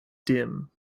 dim